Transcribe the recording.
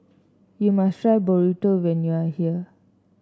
you must try Burrito when you are here